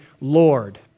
Lord